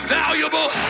valuable